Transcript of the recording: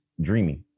dreamy